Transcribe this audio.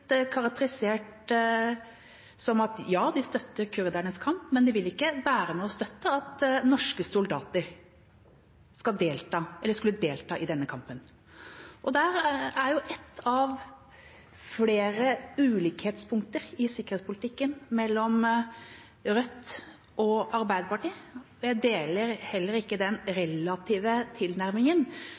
karakterisert som at ja, de støtter kurdernes kamp, men de ville ikke være med og støtte at norske soldater skulle delta i denne kampen. Dette er ett av flere ulikhetspunkter i sikkerhetspolitikken mellom Rødt og Arbeiderpartiet. Jeg deler heller ikke den relative tilnærmingen